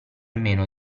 meno